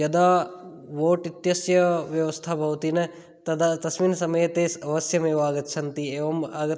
यदा वोट् इत्यस्य व्यवस्था भवति न तदा तस्मिन् समये ते अवश्यमेव आगच्छन्ति एवम् आगत्य